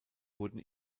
wurden